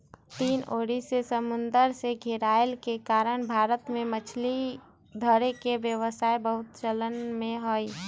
तीन ओरी से समुन्दर से घेरायल के कारण भारत में मछरी धरे के व्यवसाय बहुते चलन में हइ